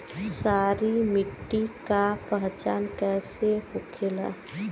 सारी मिट्टी का पहचान कैसे होखेला?